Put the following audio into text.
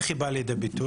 איך היא באה לידי ביטוי?